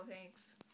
thanks